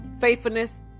faithfulness